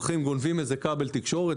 גונבים איזה כבל תקשורת,